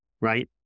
right